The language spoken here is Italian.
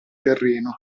terreno